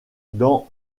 dans